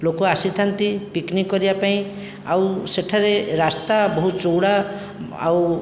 ଲୋକ ଆସିଥାନ୍ତି ପିକ୍ନିକ୍ କରିବା ପାଇଁ ଆଉ ସେଠାରେ ରାସ୍ତା ବହୁତ ଚଉଡ଼ା ଆଉ